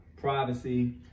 privacy